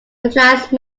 utilize